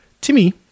Timmy